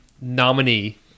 nominee